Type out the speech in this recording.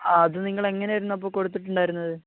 അത് നിങ്ങൾ എങ്ങനെയായിരുന്നു അപ്പോൾ കൊടുത്തിട്ടുണ്ടായിരുന്നത്